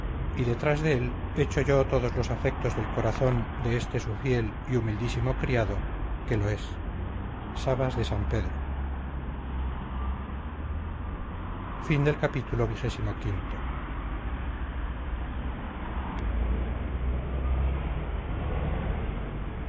y detrás de él echo yo todos los afectos del corazón de este su fiel y humildísimo criado que lo es sabas de san pedro